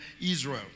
Israel